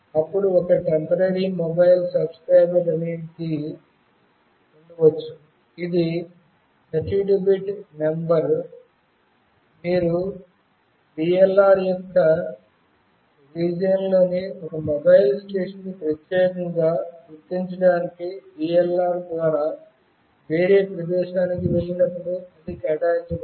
అప్పుడు ఒక temporary mobile subscriber identity ఉండవచ్చు ఇది 32 బిట్ నంబర్ మీరు VLR యొక్క రీజియన్ లోని ఒక మొబైల్ స్టేషన్ను ప్రత్యేకంగా గుర్తించడానికి VLR ద్వారా వేరే ప్రదేశానికి వెళ్ళినప్పుడు అది కేటాయించబడుతుంది